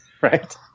Right